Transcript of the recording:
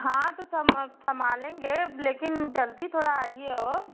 हाँ तो सम समालेंगे लेकिन जल्दी थोड़ा आइए और